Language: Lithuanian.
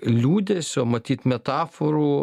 liūdesio matyt metaforų